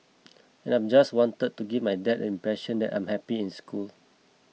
and I just wanted to give my dad impression that I'm happy in school